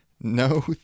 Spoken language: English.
No